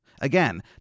Again